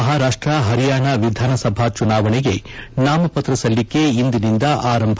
ಮಹಾರಾಷ್ಟ್ ಹರಿಯಾಣ ವಿಧಾನಸಭಾ ಚುನಾವಣೆಗೆ ನಾಮಪತ್ರ ಸಲ್ಲಿಕೆ ಇಂದಿನಿಂದ ಆರಂಭ